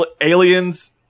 aliens